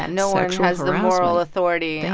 and no one has moral authority. yeah